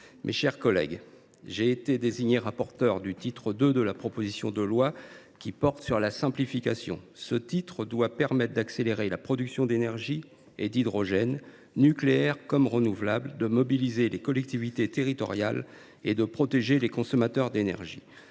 mes chers collègues, j’ai été désigné rapporteur du titre II de cette proposition de loi, lequel porte sur la simplification. Il doit permettre d’accélérer la production d’énergie et d’hydrogène, nucléaire comme renouvelable, de mobiliser les collectivités territoriales et de protéger les consommateurs d’énergie.